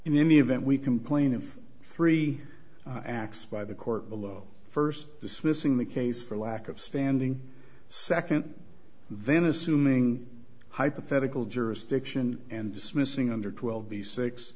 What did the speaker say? in any event we complain of three acts by the court below first dismissing the case for lack of standing second then assuming hypothetical jurisdiction and dismissing under twelve